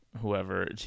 whoever